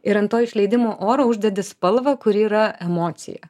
ir ant to išleidimo oro uždedi spalvą kuri yra emocija